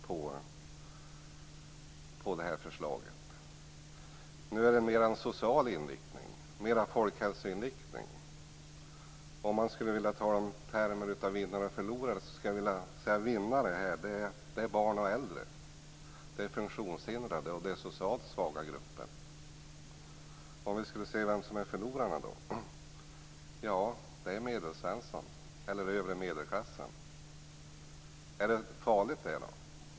Nu är det en mera social inriktning, en folkhälsoinriktning. Om man skall tala i termer av vinnare och förlorare, vill jag säga att vinnare är barn och äldre, funktionshindrade och socialt svaga grupper. Förlorarna är Medelsvensson och övre medelklassen. Är det farligt?